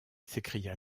s’écria